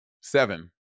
Seven